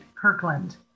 Kirkland